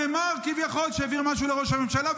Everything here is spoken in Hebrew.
נאמר שהעביר משהו לראש הממשלה,